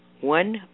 one